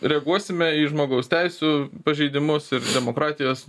reaguosime į žmogaus teisių pažeidimus ir demokratijos